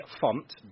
Font